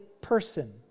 person